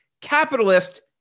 capitalist